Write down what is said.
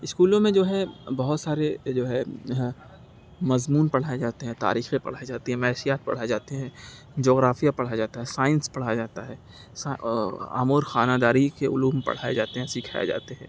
اسکولوں میں جو ہے بہت سارے جو ہے ہاں مضمون پڑھائیں جاتے ہیں تاریخیں پڑھائی جاتی ہیں معاشیات پڑھائے جاتے ہیں جغرافیہ پڑھایا جاتا ہے سائنس پڑھایا جاتا ہے امور خانہ داری کے علوم پڑھائے جاتے ہیں سکھائے جاتے ہیں